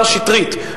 השר שטרית,